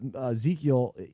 Ezekiel